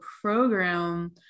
program